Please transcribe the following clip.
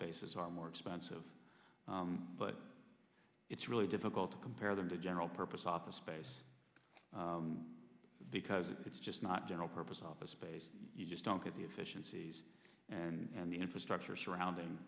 basis are more expensive but it's really difficult to compare them to general purpose office space because it's just not general purpose office space you just don't get the efficiencies and the infrastructure surrounding